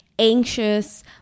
anxious